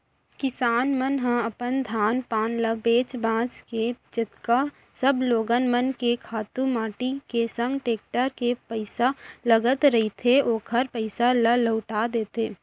किसान मन ह अपन धान पान ल बेंच भांज के जतका सब लोगन मन के खातू माटी के संग टेक्टर के पइसा लगत रहिथे ओखर पइसा ल लहूटा देथे